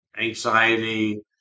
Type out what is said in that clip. anxiety